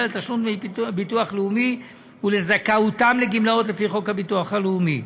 לתשלום דמי ביטוח לאומי ולזכאות לגמלאות לפי חוק הביטוח הלאומי.